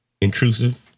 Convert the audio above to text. intrusive